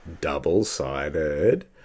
double-sided